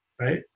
right